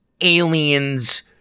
alien's